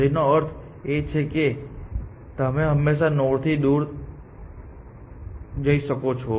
જેનો અર્થ એ છે કે તમે હંમેશાં નોડથી દૂર જઈ શકો છો